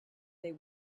they